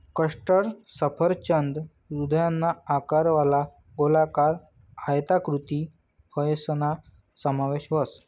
custard सफरचंद हृदयना आकारवाला, गोलाकार, आयताकृती फयसना समावेश व्हस